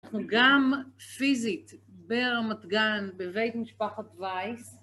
אנחנו גם פיזית ברמת גן, בבית משפחת וייס.